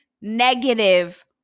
negative